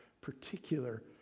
particular